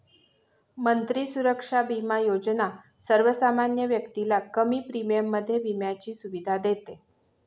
मंत्री सुरक्षा बिमा योजना सर्वसामान्य व्यक्तीला कमी प्रीमियम मध्ये विम्याची सुविधा देते